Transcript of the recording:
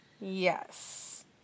Yes